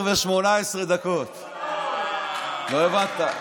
22:18. לא הבנת,